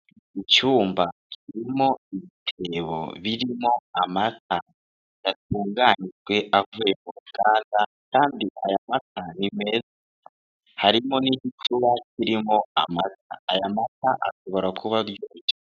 Icyumba, kirimo ibisabo birimo amata yatunganijwe avuye mu ruganda kandi aya mata ni meza, harimo n'igicuba kirimo amata aya mata, ashobora kuba aryoshye.